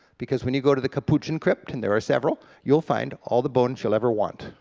because when you go to the capuchin crypt, and there are several, you'll find all the bones you'll ever want,